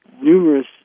numerous